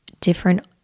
different